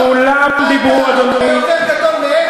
מה אתה, יותר גדול מהרצל?